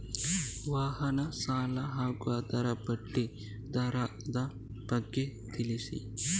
ವಾಹನ ಸಾಲ ಹಾಗೂ ಅದರ ಬಡ್ಡಿ ದರದ ಬಗ್ಗೆ ತಿಳಿಸಿ?